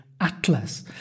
Atlas